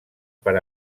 per